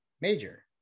Major